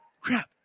Crap